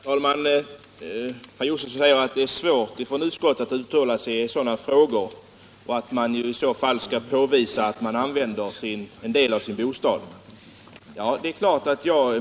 Herr talman! Herr Josefson sade att det är svårt för utskottet att uttala sig i sådana här frågor och att man skall påvisa att man använder en del av sin bostad som tjänsterum.